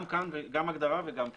גם הגדרה וגם כאן.